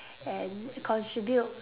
and contribute